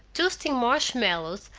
toasting marshmallows,